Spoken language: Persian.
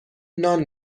نان